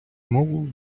мовою